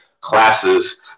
classes